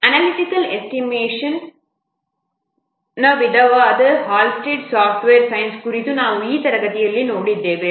analytical estimation estimation ವಿಧಾನವಾದ Halstead software science ಕುರಿತು ನಾವು ಈ ತರಗತಿಯಲ್ಲಿ ನೋಡಿದ್ದೇವೆ